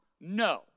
No